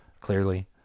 clearly